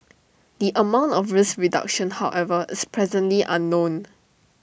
the amount of risk reduction however is presently unknown